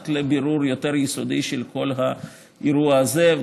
עד לבירור יותר יסודי של כל האירוע הזה,